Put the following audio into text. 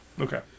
Okay